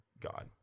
god